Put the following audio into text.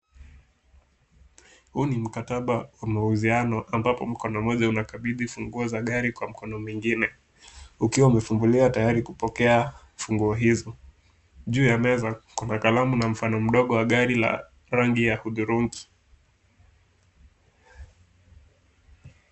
Huu ni mkataba wa mauziano ambapo mkono mmoja unakabidhi funguo za gari kwa mkono mwingine, ukiwa umefunguliwa tayari kupokea funguo hizo. Juu ya meza, kuna kalamu na mfano mdogo wa gari la rangi ya hudurungi.